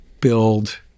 build